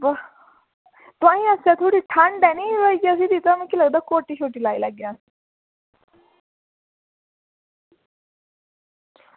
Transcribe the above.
बाऽ तुहाईं आह्ले पास्सै ठंड ऐ निं ते कोट्टी लाई लैगे